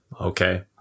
okay